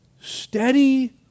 Steady